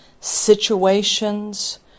situations